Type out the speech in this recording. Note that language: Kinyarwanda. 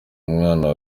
umwana